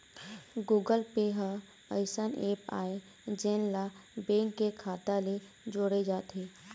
Google Pay ह अइसन app आय जेन ला बेंक के खाता ले जोड़े जाथे